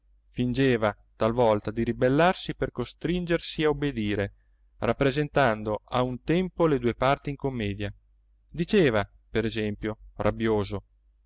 fingeva talvolta di ribellarsi per costringersi a obbedire rappresentando a un tempo le due parti in commedia diceva per esempio rabbioso